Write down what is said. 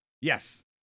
Yes